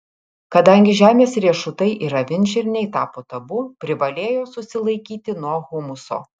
kadangi žemės riešutai ir avinžirniai tapo tabu privalėjo susilaikyti nuo humuso